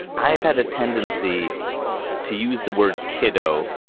i have had a tendency to use the word kiddo,